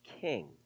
king